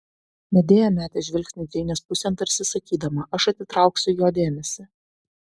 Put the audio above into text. medėja metė žvilgsnį džeinės pusėn tarsi sakydama aš atitrauksiu jo dėmesį